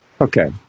Okay